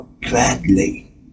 gladly